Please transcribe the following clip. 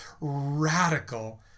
radical